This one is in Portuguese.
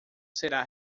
será